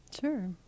sure